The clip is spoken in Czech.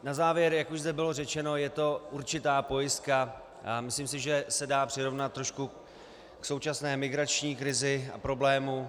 Na závěr, jak už zde bylo řečeno, je to určitá pojistka a myslím si, že se dá přirovnat trošku k současné migrační krizi a problému.